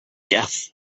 death